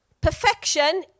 perfection